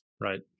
Right